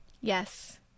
yes